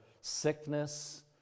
sickness